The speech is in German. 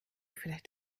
vielleicht